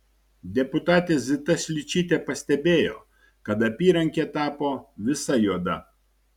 deputatė zita šličytė pastebėjo kad apyrankė tapo visa juoda